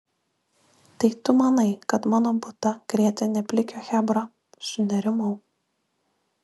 tai tu manai kad mano butą krėtė ne plikio chebra sunerimau